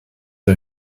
der